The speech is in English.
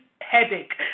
headache